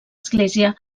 església